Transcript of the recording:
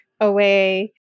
away